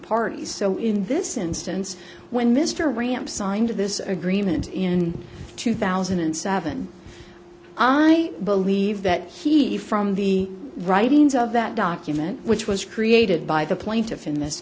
parties so in this instance when mr graham signed this agreement in two thousand and seven i believe that he from the writings of that document which was created by the plaintiff in this